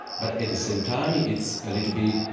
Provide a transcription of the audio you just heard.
but at the same time it's a little bit,